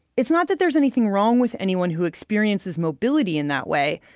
it's not that there's anything wrong with anyone who experiences mobility in that way,